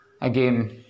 Again